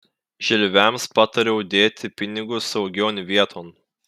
želviams patariau dėti pinigus saugion vieton